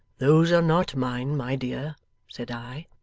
those are not mine, my dear said i.